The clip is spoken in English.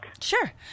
Sure